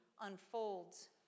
unfolds